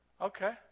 Okay